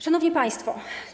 Szanowni Państwo!